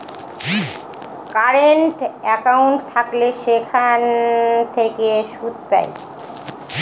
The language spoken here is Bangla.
কারেন্ট একাউন্ট থাকলে সেখান থেকে সুদ পায়